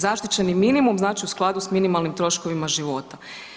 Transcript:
Zaštićeni minimum znači u skladu s minimalnim troškovima života.